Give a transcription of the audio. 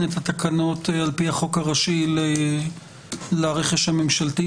את התקנות על פי החוק הראשי לרכש הממשלתי?